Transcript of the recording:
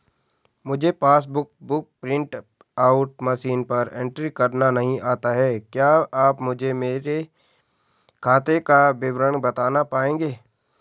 मुझे passbook book print out machine पर entry करना नहीं आता है क्या आप मुझे मेरे खाते का विवरण बताना पाएंगे?